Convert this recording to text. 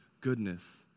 goodness